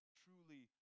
truly